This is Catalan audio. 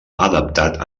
adaptat